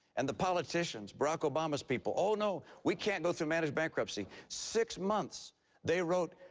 and the politicians, barack obama's people, oh no, we can't go through managed bankruptcy. six months they wrote,